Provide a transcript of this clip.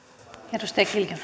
arvoisa